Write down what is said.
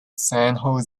san